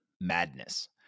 madness